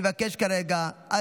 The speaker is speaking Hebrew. אני מבקש כרגע, א.